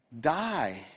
die